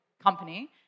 company